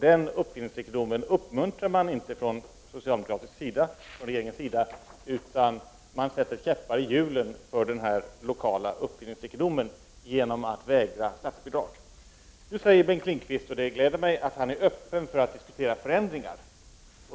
Den uppfinningsrikedomen uppmuntrar man inte från den socialdemokratiska regeringens sida, utan man sätter käppar i hjulen för den lokala uppfinningsrikedomen genom att vägra statsbidrag. Nu säger Bengt Lindqvist, och det gläder mig, att han är öppen för att diskutera förändringar.